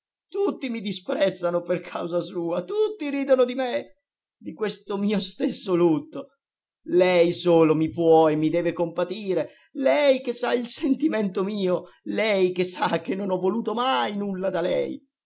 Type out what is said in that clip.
tutti mi disprezzano per causa sua tutti ridono di me di questo mio stesso lutto lei solo mi può e mi deve compatire lei che sa il sentimento mio lei che sa che non ho voluto mai nulla da lei